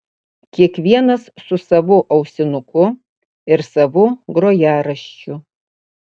kiekvienas su savu ausinuku ir savu grojaraščiu